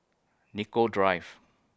Nicoll Drive